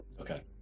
Okay